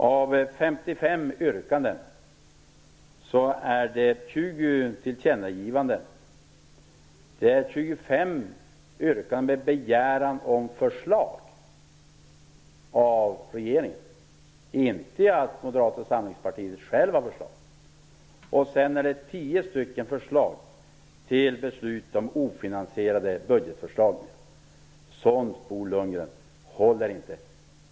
Av 55 yrkanden är 20 en begäran om tillkännagivanden, och 25 yrkanden med begäran om förslag från regeringen - det är inte så att Moderata samlingspartiet självt har några förslag - och sedan är det Sådant håller inte, Bo Lundgren.